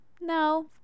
no